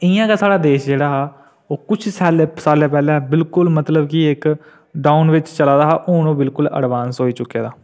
खाल्ली